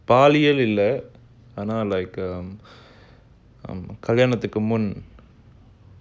பாலியல்இல்லஆனா:paliyal illa aana like கல்யாணத்துக்குமுன்:kalyanathuku mun